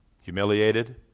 Humiliated